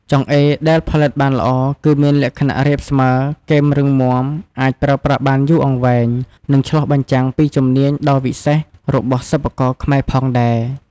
ចង្អេរដែលផលិតបានល្អ គឺមានលក្ខណៈរាបស្មើ គែមរឹងមាំ អាចប្រើប្រាស់បានយូរអង្វែង និងឆ្លុះបញ្ចាំងពីជំនាញដ៏វិសេសរបស់សិប្បករខ្មែរផងដែរ។